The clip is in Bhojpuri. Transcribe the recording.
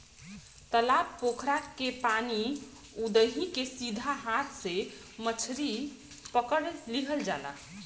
तालाब पोखरा के पानी उदही के सीधा हाथ से मछरी पकड़ लिहल जाला